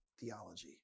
theology